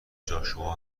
جاشوا